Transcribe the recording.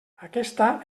aquesta